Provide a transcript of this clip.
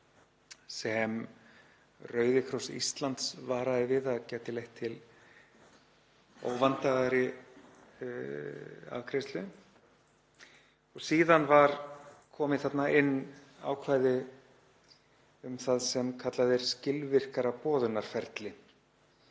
sem Rauði krossinn á Íslandi varaði við að gæti leitt til óvandaðri afgreiðslu. Síðan var komið þarna inn ákvæði um það sem kallað er skilvirkara boðunarferli.